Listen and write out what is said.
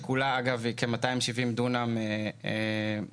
שכולה אגב היא כ-270 דונם בנויים.